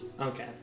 Okay